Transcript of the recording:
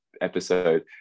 episode